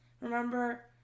Remember